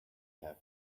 have